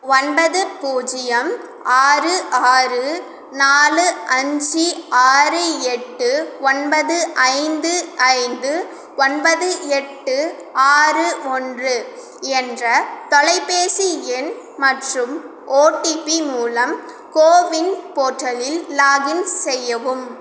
ஒன்பது பூஜ்ஜியம் ஆறு ஆறு நாலு அஞ்சு ஆறு எட்டு ஒன்பது ஐந்து ஐந்து ஒன்பது எட்டு ஆறு ஒன்று என்ற தொலைபேசி எண் மற்றும் ஓடிபி மூலம் கோவின் போர்ட்டலில் லாகின் செய்யவும்